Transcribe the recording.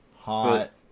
Hot